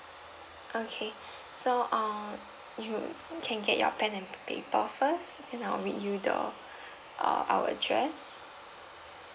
okay so err you can get your pen and pa~ paper first then I'll read you the uh our address